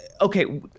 okay